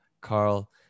Carl